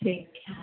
देखिऔन